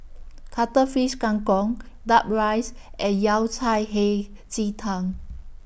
Cuttlefish Kang Kong Duck Rice and Yao Cai Hei Ji Tang